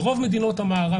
אבל ברוב מדינות המערב,